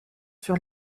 sur